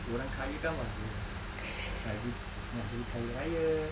orang kaya kan bagus nak jadi nak jadi kaya-raya